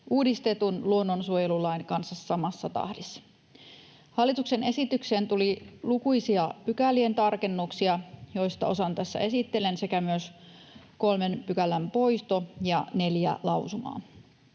uudistetun luonnonsuojelulain kanssa samassa tahdissa. Hallituksen esitykseen tuli lukuisia pykälien tarkennuksia, joista osan tässä esittelen, sekä myös kolmen pykälän poisto ja neljä lausumaa.